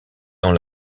dans